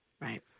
Right